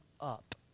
up